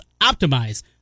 optimize